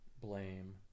blame